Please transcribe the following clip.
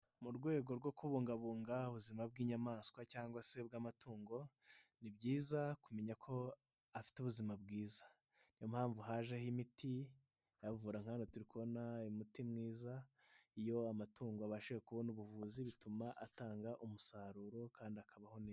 Mu rwego rwo kubungabunga ubuzima bw'inyamaswa cyangwa sebw'amatungo, ni byiza kumenya ko afite ubuzima bwiza. Niyo mpamvu hajeho imiti iyavura, nka hano turi kubona umuti mwiza, iyo amatungo abashije kubona ubuvuzi, bituma atanga umusaruro kandi akabaho neza.